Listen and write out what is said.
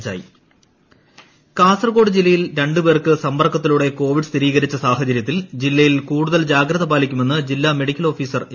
ക്ക് കാക്ക് കാസർകോട് ഇൻട്രോ കാസർകോട് ജില്ലയിൽ രണ്ടു പേർക്ക് സമ്പർക്കത്തിലൂടെ കോവിഡ് സ്ഥിരീകരിച്ച സാഹചര്യത്തിൽ ജില്ലയിൽ കൂടുതൽ ജാഗ്രത പാലിക്കുമെന്ന് ജില്ലാ മെഡിക്കൽ ഓഫീസർ എ